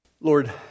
Lord